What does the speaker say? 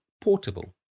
portable